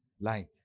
light